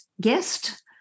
guest